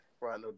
Right